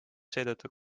seetõttu